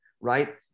right